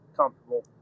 comfortable